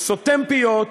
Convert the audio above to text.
סותם פיות,